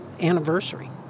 anniversary